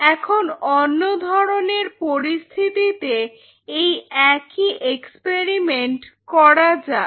এখন অন্য ধরনের পরিস্থিতিতে এই একই এক্সপেরিমেন্ট করা যাক